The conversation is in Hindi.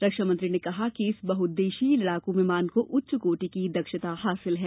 रक्षामंत्री ने कहा कि इस बहुउद्देशीय लड़ाकू विमान को उच्चकोटि की दक्षता हासिल है